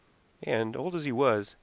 and, old as he was,